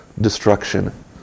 destruction